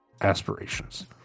aspirations